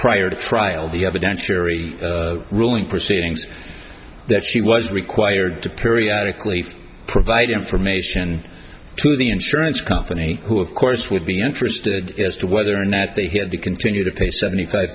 prior to trial the evidence very ruling proceedings that she was required to periodic leaf provide information to the insurance company who of course would be interested as to whether or not they had to continue to pay seventy five